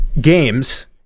games